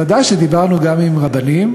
ודאי שדיברנו גם עם רבנים.